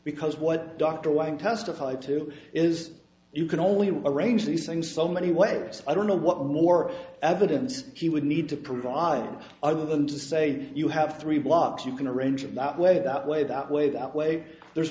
because what dr wang testified to is you can only a range the saying so many way i don't know what more evidence she would need to provide other than to say you have three blocks you can arrange it that way that way that way way that so there's